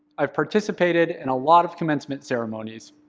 i've participated in a lot of commencement ceremonies.